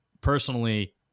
personally